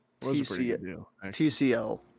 TCL